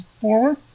forward